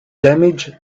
damage